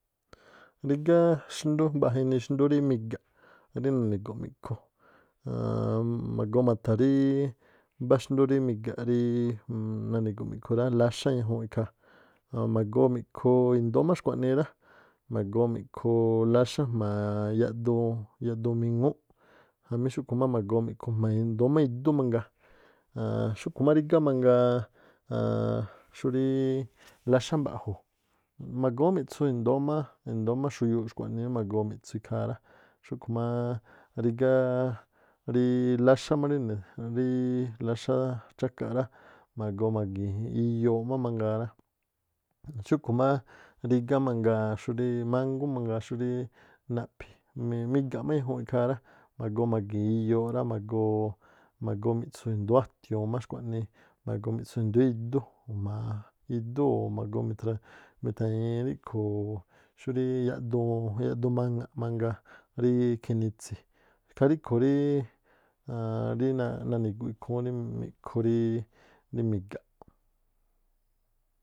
Rígá xndú mbaꞌja inii xndú rí miga̱ꞌ, rí nani̱gu̱ꞌ mi̱ꞌkhu nn- ma̱goo ma̱tha̱ ríí mbá xndú rí miga̱ꞌ rí nani̱gu̱ꞌ mi̱ꞌkhu̱ rá láxá ñajuun ikhaa o̱ magoo mi̱ꞌkhu̱ indóó má xkhua̱ꞌnii rá ma̱goo mi̱ꞌkhu̱ láxá jma̱a yaꞌduun, yaꞌduun miŋúúꞌ jamí xúꞌkhu̱ má ma̱goo mi̱ꞌkhu jma̱a indóó idú mangaa. Aaan xúꞌkhu̱ má rigá mangaa aan xúrí láxá mba̱ꞌju, ma̱goo má mi̱ꞌtsu indóó má xuyuuꞌ, indóó má xuyuuꞌ xkhuaꞌnii ú ma̱goo mi̱ꞌtsu ikhaa rá, xúꞌkhu̱ máá rígá ríí láxá má rí ne̱- ríí- láxá chákaꞌ rá, ma̱goo ma̱giin iyooꞌ mangaa rá. Xúꞌkhu̱ máá rígá mangaa xurí mangú mangaa xúríí naꞌphi̱ mi-miga̱ꞌ má ñajuunꞌ ikhaa rá, ma̱goo ma̱gi̱i̱n iyooꞌ rá, ma̱goo mi̱ꞌtsu indóó a̱tiu̱un má xkhua̱ꞌnii rá, ma̱goo mi̱ꞌtsu indóó jma̱a idú o̱ ma̱goo mithra- mithañi̱i rí̱khu̱ o̱ xúrí yaꞌduun, yaꞌduun maŋa̱ꞌ mangaa ríí khinitsi̱, kha ríꞌkhu̱ ríí aan nani̱gu̱ꞌ ikhúún rí mi̱ꞌkhu ríí migaꞌ.